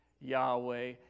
Yahweh